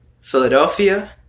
Philadelphia